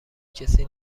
کسی